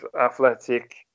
athletic